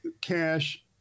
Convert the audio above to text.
cash